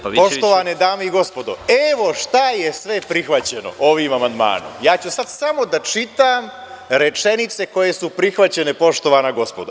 Poštovane dame i gospodo, evo šta je prihvaćeno sve ovim amandmanom, a ja ću sada samo da čitam rečenice koje su prihvaćene, poštovana gospodo.